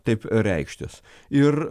taip reikštis ir